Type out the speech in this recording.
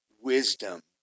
wisdom